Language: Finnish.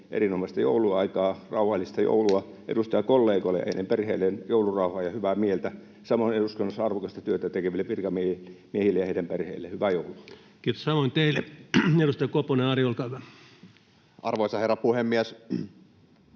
erinomaista joulun aikaa, rauhallista joulua, edustajakollegoille ja heidän perheilleen joulurauhaa ja hyvää mieltä, samoin eduskunnassa arvokasta työtä tekeville virkamiehille ja heidän perheilleen hyvää joulua. Kiitos, samoin teille. — Edustaja Koponen, Ari, olkaa hyvä. Arvoisa herra puhemies!